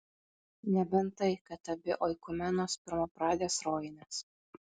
nebent tai kad abi oikumenos pirmapradės rojinės